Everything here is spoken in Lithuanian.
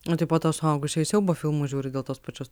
o tai po to suaugusieji siaubo filmus žiuri dėl tos pačios